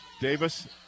Davis